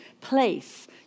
place